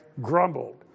grumbled